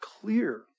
clear